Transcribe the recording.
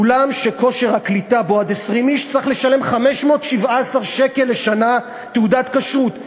אולם שכושר הקליטה בו עד 20 איש צריך לשלם 517 שקל לשנה לתעודת כשרות.